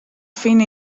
fine